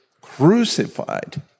crucified